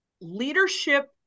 leadership